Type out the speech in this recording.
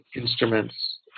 instruments